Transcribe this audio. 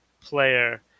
player